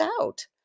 out